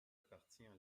appartient